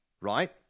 right